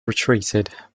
retreated